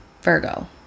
Virgo